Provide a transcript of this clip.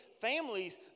families